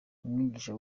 umwigisha